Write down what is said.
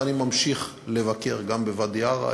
ואני ממשיך לבקר גם בוואדי-עארה.